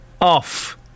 Off